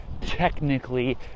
technically